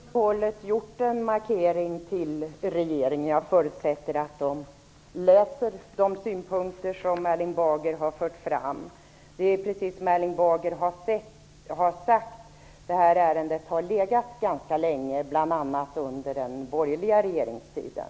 Fru talman! Erling Bager har till protokollet gjort en markering till regeringen, som jag förutsätter läser de synpunkter som Erling Bager har fört fram. Precis som Erling Bager har sagt har detta ärende legat ganska länge. Det har det gjort bl.a. under den borgerliga regeringstiden.